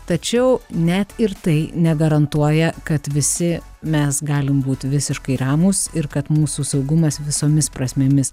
tačiau net ir tai negarantuoja kad visi mes galim būti visiškai ramūs ir kad mūsų saugumas visomis prasmėmis